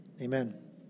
Amen